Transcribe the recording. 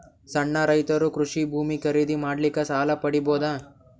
ಸಣ್ಣ ರೈತರು ಕೃಷಿ ಭೂಮಿ ಖರೀದಿ ಮಾಡ್ಲಿಕ್ಕ ಸಾಲ ಪಡಿಬೋದ?